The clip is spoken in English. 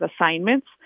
assignments